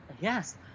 Yes